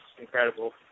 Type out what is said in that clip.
incredible